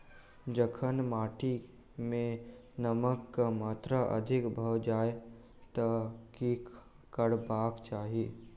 जखन माटि मे नमक कऽ मात्रा अधिक भऽ जाय तऽ की करबाक चाहि?